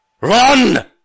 RUN